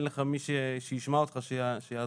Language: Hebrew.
אין לך מי שישמע אותך, שיעזור.